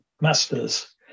Master's